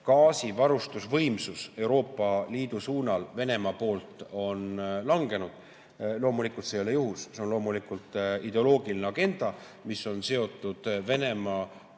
gaasivarustusvõimsus Euroopa Liidu suunal Venemaa poolt langenud, ei ole loomulikult juhus. See on loomulikult ideoloogiline agenda, mis on seotud Venemaa